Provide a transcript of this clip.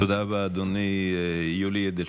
תודה רבה, אדוני יולי אדלשטיין.